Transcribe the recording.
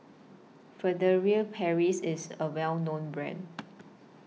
Furtere Paris IS A Well known Brand